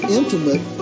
intimate